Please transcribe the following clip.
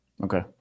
Okay